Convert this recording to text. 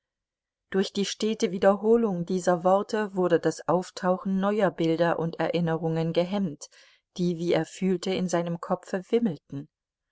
durch die stete wiederholung dieser worte wurde das auftauchen neuer bilder und erinnerungen gehemmt die wie er fühlte in seinem kopfe wimmelten